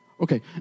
Okay